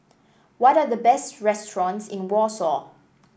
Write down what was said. what are the best restaurants in Warsaw